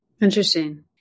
Interesting